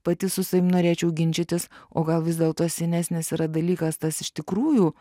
pati su savim norėčiau ginčytis o gal vis dėlto senesnis yra dalykas tas iš tikrųjų